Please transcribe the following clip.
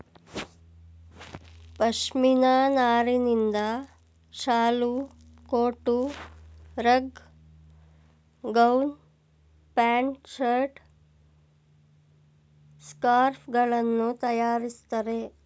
ಪಶ್ಮಿನ ನಾರಿನಿಂದ ಶಾಲು, coat, rug, gown, pant, shirt, scarf ಗಳನ್ನು ತರಯಾರಿಸ್ತರೆ